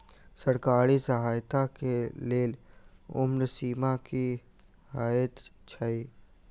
सरकारी सहायता केँ लेल उम्र सीमा की हएत छई?